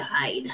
died